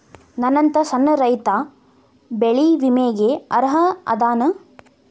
ನನ್ನಂತ ಸಣ್ಣ ರೈತಾ ಬೆಳಿ ವಿಮೆಗೆ ಅರ್ಹ ಅದನಾ?